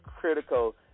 critical